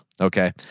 Okay